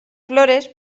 flores